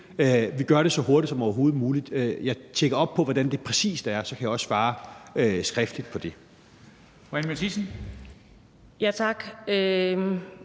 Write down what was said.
vi gør det så hurtigt som overhovedet muligt. Jeg tjekker op på, hvordan det præcis er, og så kan jeg også svare skriftligt på det.